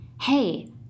hey